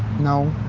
no.